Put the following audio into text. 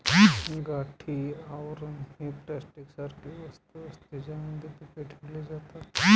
गाठी आवरण ही प्लास्टिक सारखी वस्तू असते, ज्यामध्ये पीके ठेवली जातात